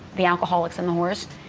the alcoholics and the whores,